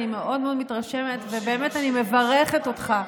אני מאוד מאוד מתרשמת ובאמת אני מברכת אותך,